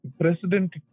President